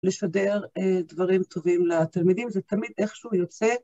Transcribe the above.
לשדר דברים טובים לתלמידים, זה תמיד איכשהו יוצא.